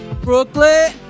Brooklyn